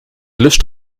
lust